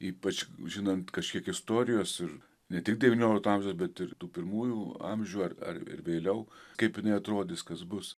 ypač žinant kažkiek istorijos ir ne tik devyniolikto amžiaus bet ir tų pirmųjų amžių ar ar ir vėliau kaip jinai atrodys kas bus